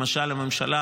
למשל,